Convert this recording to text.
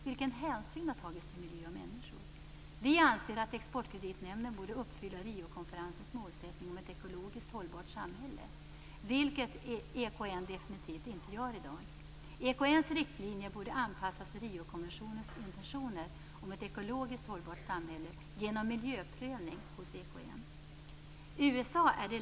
Vilken hänsyn har tagits till miljö och människor? Vi anser att Exportkreditnämnden borde uppfylla Riokonferensens målsättning om ett ekologiskt hållbart samhälle, vilket EKN definitivt inte gör i dag. EKN:s riktlinjer borde anpassas till Riokonventionens intentioner om ett ekologiskt hållbart samhälle genom miljöprövning hos EKN.